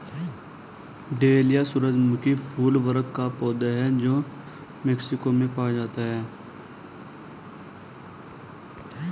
dahlia सूरजमुखी फूल वर्ग का पौधा है जो मेक्सिको में पाया जाता है